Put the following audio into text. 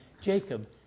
Jacob